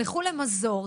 לכו למזור,